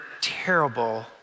terrible